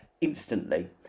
instantly